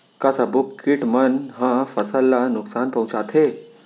का सब्बो किट मन ह फसल ला नुकसान पहुंचाथे?